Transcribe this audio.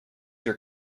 your